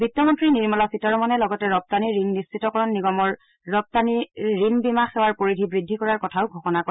বিত্তমন্ত্ৰী নিৰ্মলা সীতাৰমনে লগতে ৰপ্তানি ঋণ নিশ্চিতকৰণ নিগমৰ ৰপ্তানিৰ ঋণ বীমা সেৱাৰ পৰিধি বৃদ্ধি কৰাৰ কথাও ঘোযণা কৰে